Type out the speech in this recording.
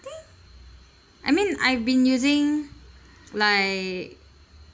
think I mean I've been using like